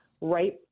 right